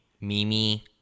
mimi